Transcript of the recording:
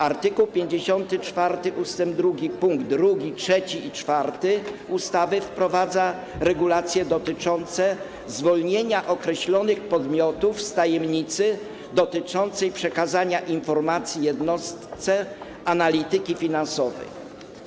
Art. 54 ust. 2 pkt 2, 3 i 4 ustawy wprowadza regulacje dotyczące zwolnienia określonych podmiotów z tajemnicy dotyczącej przekazania informacji jednostce analityki finansowej.